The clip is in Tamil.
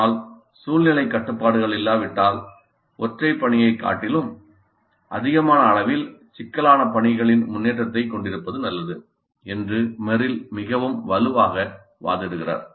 ஆனால் சூழ்நிலைக் கட்டுப்பாடுகள் இல்லாவிட்டால் ஒற்றைப் பணியைக் காட்டிலும் அதிகமான அளவில் சிக்கலான பணிகளின் முன்னேற்றத்தைக் கொண்டிருப்பது நல்லது என்று மெரில் மிகவும் வலுவாக வாதிடுகிறார்